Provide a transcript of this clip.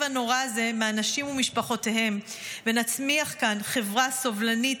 הנורא הזה מהנשים וממשפחותיהן ונצמיח כאן חברה סובלנית,